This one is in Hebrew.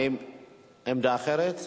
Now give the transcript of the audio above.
עמדה אחרת?